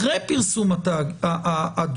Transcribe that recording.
אחרי פרסום הדוח,